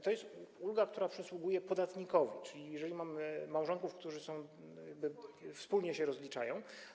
To jest ulga, które przysługuje podatnikowi, czyli jeżeli mamy małżonków, którzy wspólnie się rozliczają.